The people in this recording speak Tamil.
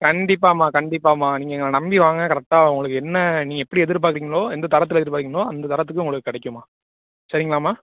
கண்டிப்பாகம்மா கண்டிப்பாகம்மா நீங்கள் எங்களை நம்பி வாங்க கரெக்டாக உங்களுக்கு என்ன நீங்கள் எப்படி எதிர்பார்க்குறீங்களோ எந்த தரத்தில் எதிர்பார்க்குறீங்களோ அந்த தரத்துக்கு உங்களுக்கு கிடைக்கும்மா சரிங்களாம்மா